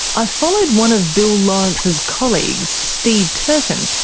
i've followed one of bill laurance's colleagues, steve turton,